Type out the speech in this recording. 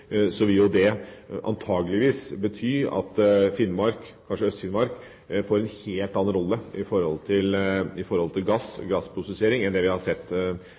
vil det antakeligvis bety at Finnmark, kanskje Øst-Finnmark, får en helt annen rolle i forholdet til gass og gassprosessering enn det vi har sett